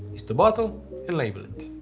is to bottle and label it.